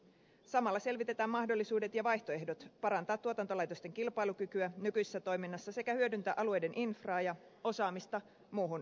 samalla selvitetään mahdollisuudet ja vaihtoehdot parantaa tuotantolaitosten kilpailukykyä nykyisessä toiminnassa sekä hyödyntää alueiden infraa ja osaamista muuhun yritystoimintaan